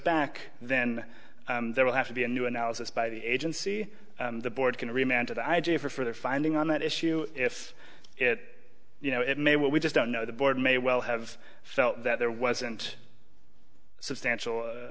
back then there will have to be a new analysis by the agency the board can remain to the i j a for further finding on that issue if it you know it may well we just don't know the board may well have felt that there wasn't substantial